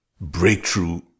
breakthrough